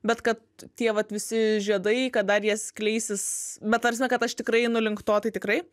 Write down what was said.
bet kad tie vat visi žiedai kad dar jie skleisis bet ta prasme kad aš tikrai einu link to tai tikrai